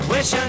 Wish